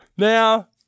Now